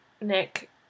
Nick